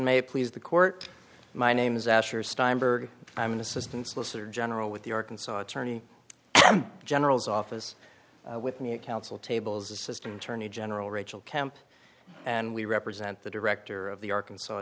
may please the court my name is asher steinberg i'm an assistant solicitor general with the arkansas attorney general's office with new counsel tables assistant attorney general rachel kemp and we represent the director of the arkansas